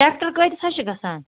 tractor کۭتِس حظ چھِ گژھان